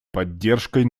поддержкой